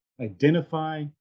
identify